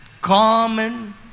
common